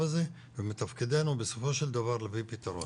הזה ומתפקידנו בסופו של דבר להביא פתרון.